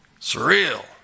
Surreal